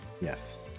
yes